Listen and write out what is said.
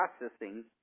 processing